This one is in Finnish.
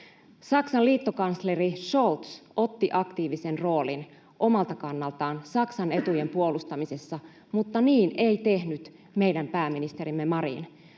Saksan liittokansleri Scholz otti aktiivisen roolin omalta kannaltaan Saksan etujen puolustamisessa, mutta niin ei tehnyt meidän pääministerimme Marin.